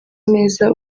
neza